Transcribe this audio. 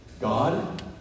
God